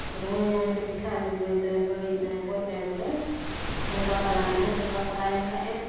ᱨᱩᱣᱟᱹ ᱧᱟᱢ ᱠᱮᱫᱮ ᱠᱷᱟᱱ ᱩᱱᱤ ᱜᱟᱹᱭ ᱫᱚᱭ ᱵᱟᱲᱤᱡᱱᱟᱭ ᱜᱚᱡ ᱮᱱᱟᱭ ᱵᱚᱞᱮ ᱵᱚᱸᱜᱟ ᱛᱟᱞᱟᱭᱮᱱᱟᱭ ᱵᱚᱸᱜᱟ ᱛᱟᱞᱟᱭᱮᱱ ᱠᱷᱟᱱ ᱮ